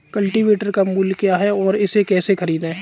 Cultivator का मूल्य क्या है और इसे कैसे खरीदें?